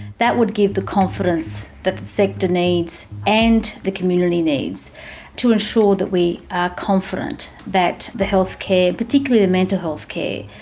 that would give the confidence that the sector needs and the community needs to ensure that we are confident that the health care, particularly the mental health care,